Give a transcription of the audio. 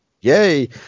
yay